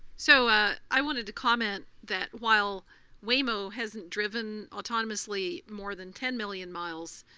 so i wanted to comment that while waymo hasn't driven autonomously more than ten million miles,